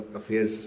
affairs